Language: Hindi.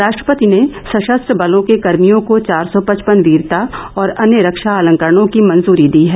राष्ट्रपति ने सशस्त्र बलों के कर्मियों को चार सौ पचपन वीरता और अन्य रक्षा अलंकरणों की मंजूरी दी है